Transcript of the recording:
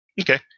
Okay